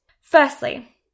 Firstly